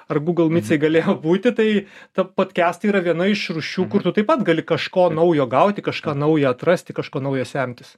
ar gūgl mitsai galėjo būti tai ta podkestai yra viena iš rūšių kur tu taip pat gali kažko naujo gauti kažką nauja atrasti kažko naujo semtis